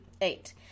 eight